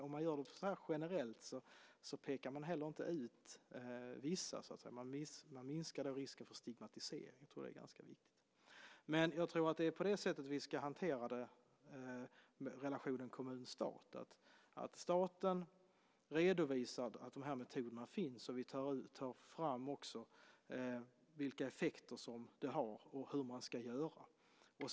Om man gör det så generellt pekar man inte ut vissa utan minskar risken för stigmatisering. Det tror jag är ganska viktigt. Det är på det sättet vi ska hantera relationen kommun-stat. Staten redovisar att metoderna finns och tar fram uppgifter om vilka effekter det har och hur man ska göra.